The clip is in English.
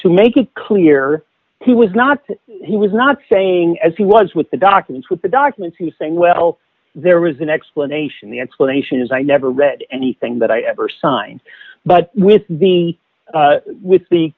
to make it clear he was not he was not saying as he was with the documents with the documents he's saying well there was an explanation the explanation is i never read anything that i ever signed but with the with the